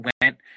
went